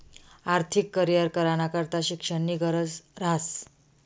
आर्थिक करीयर कराना करता शिक्षणनी गरज ह्रास